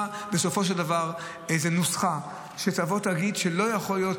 בסופו של דבר נוסחה שתבוא ותגיד שלא יכול להיות,